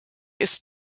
ist